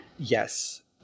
yes